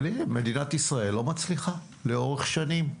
אבל הינה, מדינת ישראל לא מצליחה לאורך השנים.